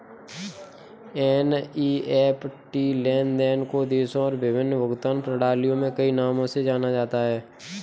NEFT लेन देन को देशों और विभिन्न भुगतान प्रणालियों में कई नामों से जाना जाता है